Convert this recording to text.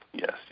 Yes